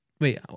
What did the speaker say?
Wait